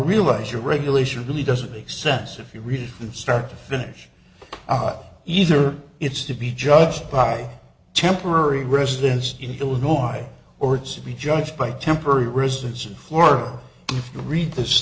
realize your regulation really doesn't make sense if you read the start to finish either it's to be judged by temporary residence in illinois or it should be judged by temporary residence in florida if you read this